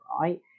right